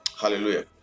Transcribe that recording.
Hallelujah